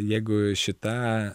jeigu šita